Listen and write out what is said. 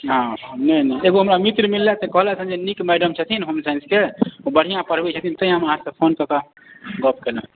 हँ नहि नहि एगो हमरा मित्र मिललथि हँ कहलथि हँ नीक मैडम छथिन होम साइंसके ओ बढ़िआँ पढ़बैत छथिन ताहि हम अहाँकेँ फोन कऽके गप केलहुँ